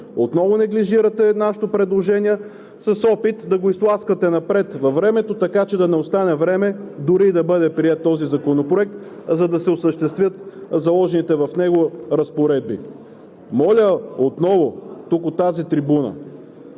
Отново неглижирате нашето предложение с опит да го изтласкате напред във времето, така че да не остане време дори да бъде приет този законопроект, за да се осъществят заложените в него разпоредби. От тази трибуна